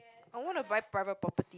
I wanna buy private property